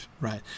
right